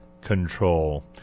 Control